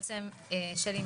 שלי,